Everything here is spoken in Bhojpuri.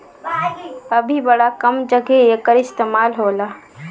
अभी बड़ा कम जघे एकर इस्तेमाल होला